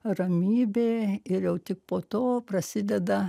ramybė ir jau tik po to prasideda